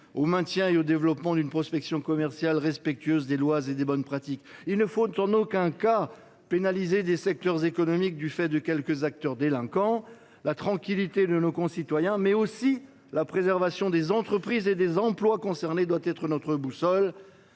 au maintien et au développement d’une prospection commerciale respectueuse des lois et des bonnes pratiques. Il ne faut en aucun cas pénaliser des secteurs économiques entiers du fait de quelques acteurs délinquants ; la tranquillité de nos concitoyens, mais aussi la préservation des entreprises et des emplois concernés doivent être notre boussole.